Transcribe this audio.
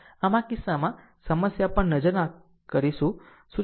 આમ આ કિસ્સામાં સમસ્યા પર પ્રથમ નજર શું જોઈશું